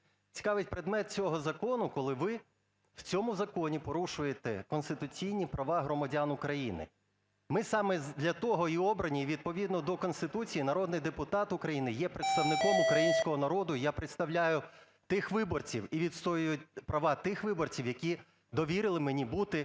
Цікавить предмет цього закону, коли ви в цьому законі порушуєте конституційні права громадян України. Ми саме для того і обрані, і відповідно до Конституції, народний депутат України є представником українського народу. Я представляю тих виборців і відстоюю права тих виборців, які довірили мені бути